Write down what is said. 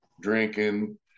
drinking